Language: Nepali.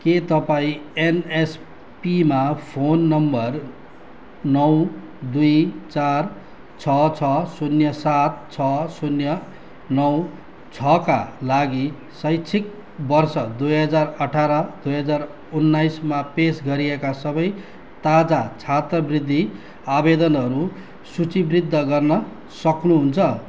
के तपाईँ एनएसपीमा फोन नम्बर नौ दुई चार छ छ शून्य सात छ शून्य नौ छका लागि शैक्षिक वर्ष दुई हजार अठार दुई हजार उन्नाइसमा पेस गरिएका सबै ताजा छात्रवृत्ति आवेदनहरू सूचीबद्ध गर्न सक्नुहुन्छ